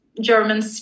German